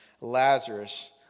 Lazarus